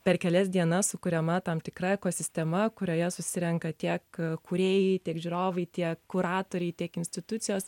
per kelias dienas sukuriama tam tikra ekosistema kurioje susirenka tiek kūrėjai tiek žiūrovai tiek kuratoriai tiek institucijos